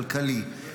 כלכלי,